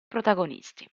protagonisti